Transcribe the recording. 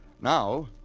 now